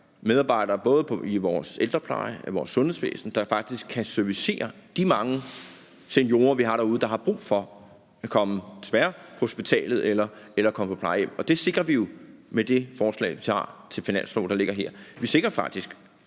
medarbejdere, både i vores ældrepleje og i vores sundhedsvæsen, der kan servicere de mange seniorer, vi har derude, der desværre har brug for at komme på hospitalet eller komme på plejehjem, og det sikrer vi jo med det forslag til finanslov, der ligger her. Vi sikrer faktisk,